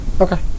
Okay